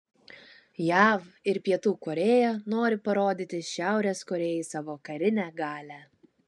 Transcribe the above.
jav ir pietų korėja nori parodyti šiaurės korėjai savo karinę galią